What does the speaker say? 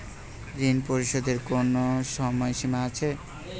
ঋণ পরিশোধের কোনো সময় সীমা আছে?